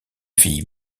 fille